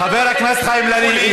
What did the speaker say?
חבר הכנסת חיים ילין,